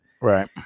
Right